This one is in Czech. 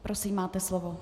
Prosím, máte slovo.